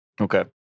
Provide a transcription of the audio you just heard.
Okay